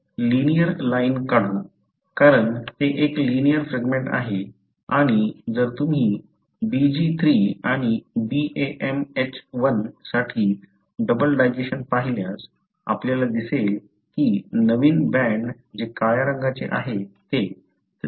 तर linear line काढू कारण ते एक लिनिअर फ्रॅगमेंट आहे आणि जर तुम्ही BglII आणि BamHI साठी डबल डायजेशन पाहिल्यास आपल्याला दिसेल की नवीन बँड जे काळ्या रंगाचे आहेत ते 3